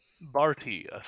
Barty